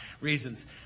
reasons